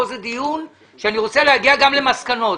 כאן זה דיון בו אני רוצה להגיע גם למסקנות.